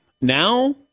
Now